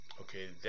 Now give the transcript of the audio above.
okay